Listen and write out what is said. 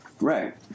Right